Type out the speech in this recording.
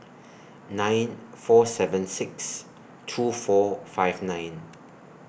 nine four seven six two four five nine